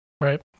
Right